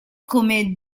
come